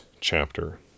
chapter